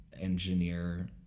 engineer